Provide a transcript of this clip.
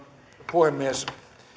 puhemies